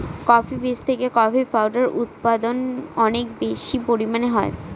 coffee বীজ থেকে coffee powder উৎপাদন অনেক বেশি পরিমানে হয়